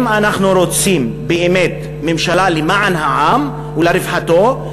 אם אנחנו רוצים באמת ממשלה למען העם ולרווחתו,